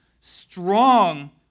strong